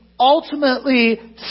Ultimately